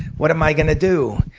what am i going to do?